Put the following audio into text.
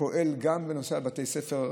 שפועל בנושא גם בבתי הספר.